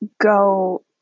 go